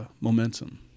momentum